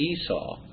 Esau